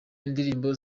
indirimbo